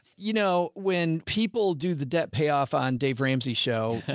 you know, when people do the debt payoff on dave ramsey show,